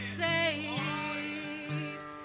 saves